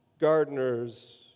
gardeners